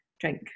drink